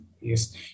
Yes